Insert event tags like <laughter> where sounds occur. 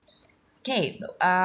<noise> okay b~ um